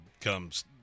comes